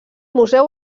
museu